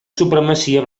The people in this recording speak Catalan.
supremacia